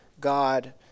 God